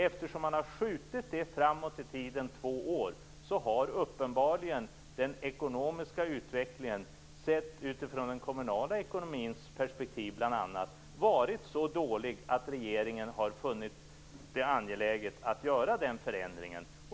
Eftersom man har skjutit det framåt i två år har uppenbarligen den ekonomiska utvecklingen, bl.a. sett utifrån den kommunala ekonomins perspektiv, varit så dålig att regeringen har funnit det angeläget att göra den förändringen.